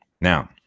Now